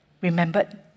remembered